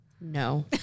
No